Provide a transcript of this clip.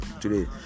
today